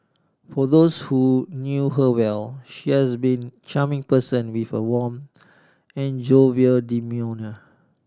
for those who knew her well she has been charming person with a warm and jovial demeanour